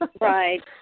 Right